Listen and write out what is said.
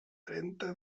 trenta